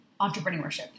Entrepreneurship